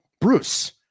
Bruce